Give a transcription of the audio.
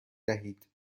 دهید